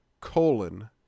colon